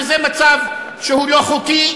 וזה מצב שהוא לא חוקי.